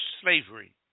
slavery